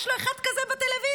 יש לו אחד כזה בטלוויזיה.